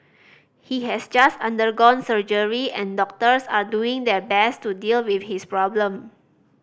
he has just undergone surgery and doctors are doing their best to deal with his problem